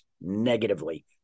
negatively